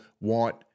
want